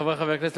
חברי חברי הכנסת,